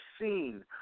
seen